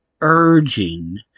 urging